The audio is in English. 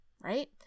right